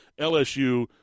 LSU